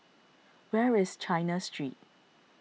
where is China Street